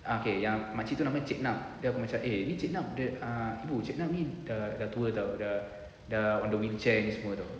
ah okay yang makcik tu nama cik na then aku macam eh cik na that ah ibu cik na ni dah dah tua [tau] dah dah on the wheelchair ni semua [tau]